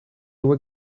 were